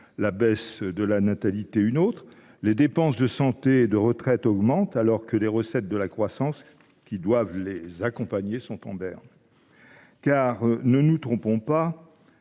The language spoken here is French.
la baisse de la natalité en est une autre. Les dépenses de santé et de retraite augmentent, alors que les recettes tirées de la croissance, censées les accompagner, sont en berne. Ne nous trompons pas